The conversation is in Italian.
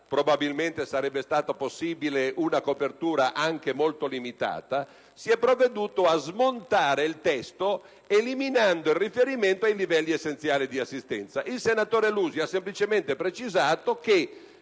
(probabilmente sarebbe stata possibile una copertura anche molto limitata), ma si è provveduto a smontare il testo, eliminando il riferimento ai livelli essenziali di assistenza. Il senatore Lusi ha semplicemente precisato che